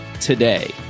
today